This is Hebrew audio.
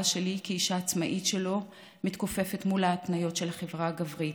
שלי כאישה עצמאית שלא מתכופפת מול ההתניות של החברה הגברית.